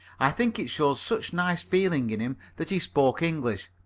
i think it showed such nice feeling in him that he spoke english.